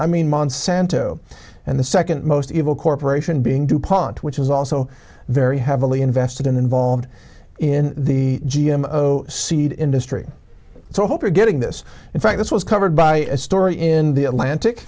i mean monsanto and the second most evil corporation being dupont which is also very heavily invested in involved in the g m seed industry so i hope you're getting this in fact this was covered by a story in the atlantic